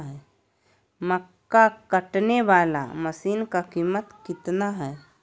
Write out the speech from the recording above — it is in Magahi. मक्का कटने बाला मसीन का कीमत कितना है?